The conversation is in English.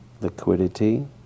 liquidity